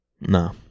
No